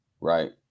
right